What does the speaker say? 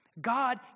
god